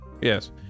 Yes